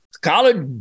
college